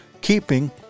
keeping